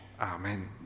Amen